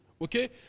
Okay